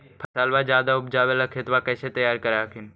फसलबा ज्यादा उपजाबे ला खेतबा कैसे तैयार कर हखिन?